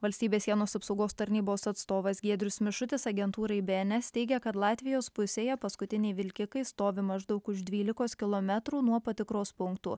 valstybės sienos apsaugos tarnybos atstovas giedrius mišutis agentūrai bns teigė kad latvijos pusėje paskutiniai vilkikai stovi maždaug už dvylikos kilometrų nuo patikros punktų